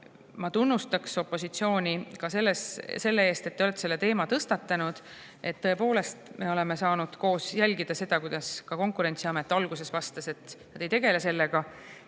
Ma tunnustan opositsiooni selle eest, et te olete selle teema tõstatanud. Tõepoolest, me oleme saanud koos jälgida, kuidas Konkurentsiamet alguses vastas, et nad ei tegele sellega,